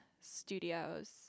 studios